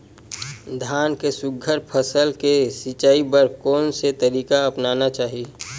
धान के सुघ्घर फसल के सिचाई बर कोन से तरीका अपनाना चाहि?